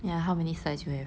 ya how many slides you have